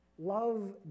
Love